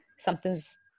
Something's –